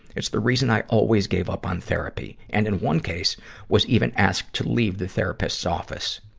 it's the reason i always gave up on therapy, and in one case was even asked to leave the therapist's office.